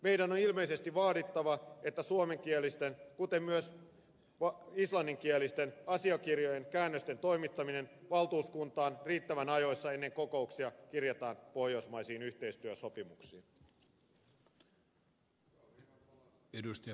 meidän on ilmeisesti vaadittava että suomenkielisten kuten myös islanninkielisten asiakirjojen käännösten toimittaminen valtuuskuntaan riittävän ajoissa ennen kokouksia kirjataan pohjoismaisiin yhteistyösopimuksiin